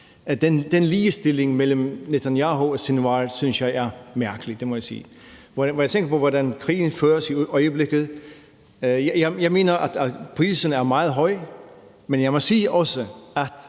Den ligestilling mellem Netanyahu og Sinwar synes jeg er mærkelig, det må jeg sige, når jeg tænker på, hvordan krigen føres i øjeblikket. Jeg mener, at prisen er meget høj, men jeg må også sige, at